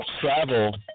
travel